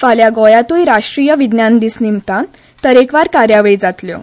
फाल्यां गोंयांतूय राष्ट्रीय विज्ञान दिसा निमतान तरेकवार कार्यावळी जातल्यो